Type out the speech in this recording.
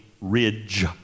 ridge